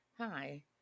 Hi